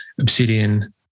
Obsidian